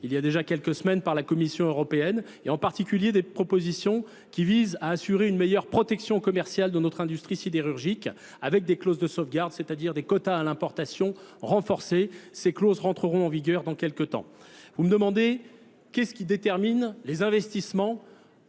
il y a déjà quelques semaines par la Commission européenne et en particulier des propositions qui visent à assurer une meilleure protection commerciale de notre industrie sidérurgique avec des clauses de sauvegarde, c'est-à-dire des quotas à l'importation renforcés. Ces clauses rentreront en vigueur dans quelques temps. Vous me demandez qu'est-ce qui détermine les investissements